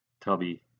Tubby